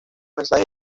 mensaje